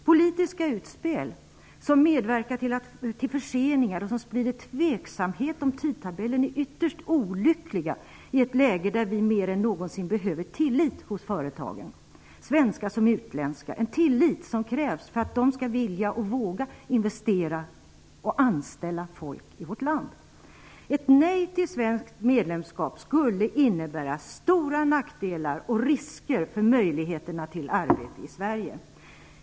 Politiska utspel som medverkar till förseningar och som sprider tveksamhet om tidtabellen är ytterst olyckliga i ett läge där vi mer än någonsin behöver tillit hos företagen, svenska som utländska, en tillit som krävs för att de skall vilja och våga investera och anställa folk i vårt land. Ett nej till svenskt medlemskap skulle innebära stora nackdelar och risker för möjligheterna till arbete i Sverige.